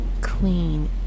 clean